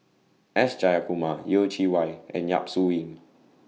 S Jayakumar Yeh Chi Wei and Yap Su Yin